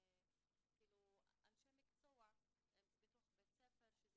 אנשי מקצוע בתוך בתי הספר,